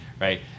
right